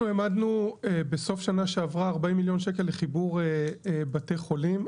אנחנו העמדנו בסוף השנה שעברה 40 מיליון ₪ לחיבור בתי חולים,